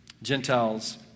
Gentiles